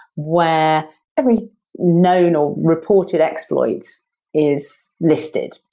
where every known or reported exploit is listed.